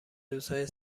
روزهای